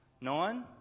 Nine